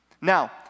Now